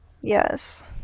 Yes